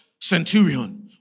centurion